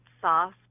sauce